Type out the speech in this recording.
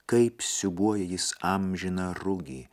kaip siūbuoja jis amžiną rugį